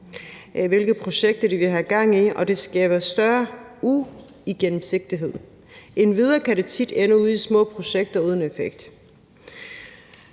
hvilke projekter de vil have gang i, og det skaber større uigennemsigtighed. Endvidere kan det tit ende ud i små projekter uden effekt.